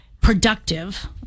productive